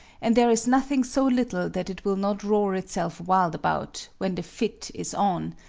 and there is nothing so little that it will not roar itself wild about, when the fit is on,